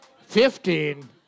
Fifteen